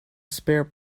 spare